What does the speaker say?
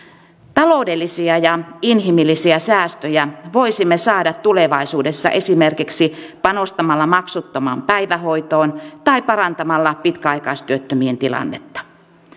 taloudellisia ja inhimillisiä säästöjä voisimme saada tulevaisuudessa esimerkiksi panostamalla maksuttomaan päivähoitoon tai parantamalla pitkäaikaistyöttömien tilannetta